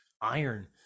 iron